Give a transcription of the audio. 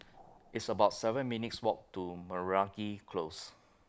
It's about seven minutes' Walk to Meragi Close